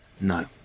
No